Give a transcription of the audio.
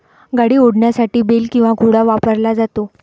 गाडी ओढण्यासाठी बेल किंवा घोडा वापरला जातो